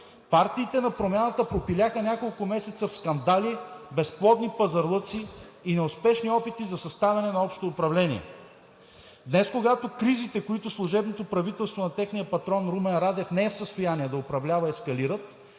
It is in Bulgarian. партиите на промяната пропиляха няколко месеца в скандали, безплодни пазарлъци и неуспешни опити за съставяне на общо управление. Днес, когато кризите, които служебното правителство на техния патрон Румен Радев не е в състояние да управлява, ескалират,